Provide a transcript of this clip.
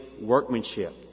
workmanship